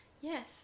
Yes